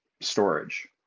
storage